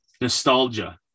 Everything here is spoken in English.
nostalgia